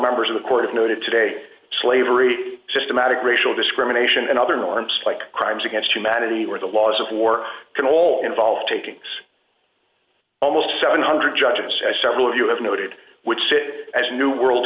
members of the court of noted today slavery systematic racial discrimination and other norms like crimes against humanity where the laws of war can all involve taking almost seven hundred dollars judges several of you have noted which as a new world